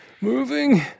Moving